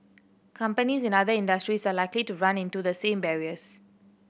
companies in other industries are likely to run into the same barriers